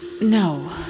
No